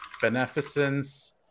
beneficence